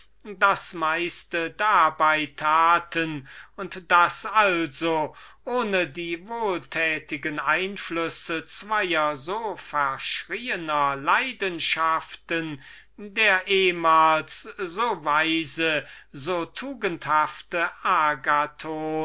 das meiste getan haben und daß also ohne die wohltätigen einflüsse zwoer so verschneiter leidenschaften der ehmals so weise so tugendhafte agathon